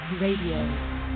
Radio